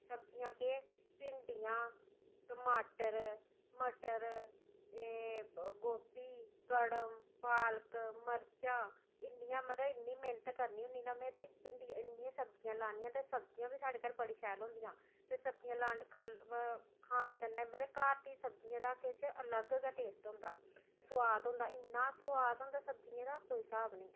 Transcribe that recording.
सब्जियां केह् भिंडियां टमाटर मटर गोभी कड़म पालक मर्चां इन्नियां मतलब इन्नी मेह्नत करनी होन्नीं ना में ते भिंडियां इन्नियां सब्जियां लान्नी आं ते सब्जियां बी साढ़े घर बड़ी शैल होंदियां ते सब्जियां लाने खाने कन्नै मतलब घर दी सब्जियें दा किश अलग गै टेस्ट होंदा सोआद होंदा इन्ना सोआद होंदा सब्जियें दा कोई स्हाब निं